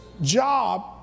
job